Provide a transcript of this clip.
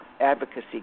advocacy